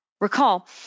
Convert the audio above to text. Recall